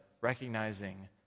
recognizing